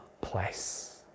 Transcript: place